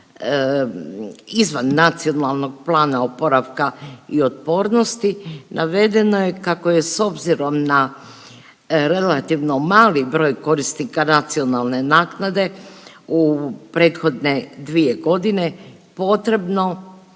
mjera nacionalnog, izvan NPOO-a navedeno je kako je s obzirom na relativno mali broj korisnika nacionalne naknade u prethodne 2.g. potrebno